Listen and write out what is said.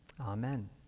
Amen